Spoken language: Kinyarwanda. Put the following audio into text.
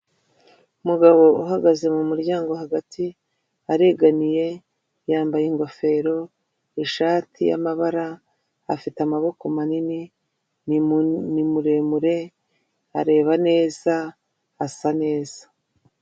Umugabo uhagaze mu muryango hagati aregamiye yambaye ingofero, ishati y'amabara afite amaboko manini muremure areba neza, asa neza.